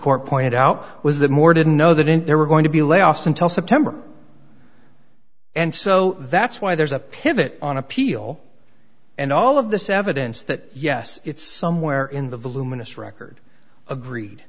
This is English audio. court pointed out was the more didn't know they didn't there were going to be layoffs until september and so that's why there's a pivot on appeal and all of this evidence that yes it's somewhere in the voluminous record agreed